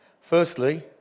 firstly